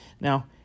Now